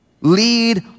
Lead